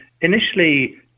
initially